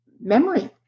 memory